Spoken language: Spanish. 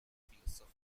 filosófico